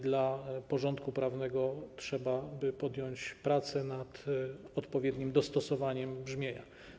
Dla porządku prawnego trzeba by podjąć prace nad odpowiednim dostosowaniem brzmienia.